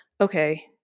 okay